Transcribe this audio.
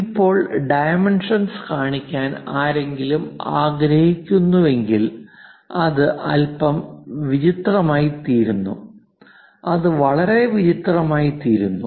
ഇപ്പോൾ ഡൈമെൻഷൻസ് കാണിക്കാൻ ആരെങ്കിലും ആഗ്രഹിക്കുന്നുവെങ്കിൽ അത് അൽപ്പം വിചിത്രമായിത്തീരുന്നു അത് വളരെ വിചിത്രമായിത്തീരുന്നു